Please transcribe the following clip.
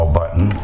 button